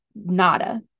nada